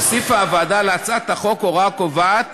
הוסיפה הוועדה להצעת החוק הוראה הקובעת